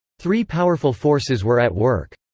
three powerful forces were at work.